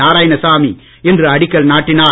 நாராயணசாமி இன்று அடிக்கல் நாட்டினார்